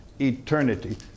eternity